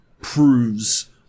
proves